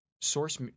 source